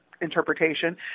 interpretation